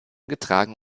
getragen